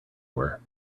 were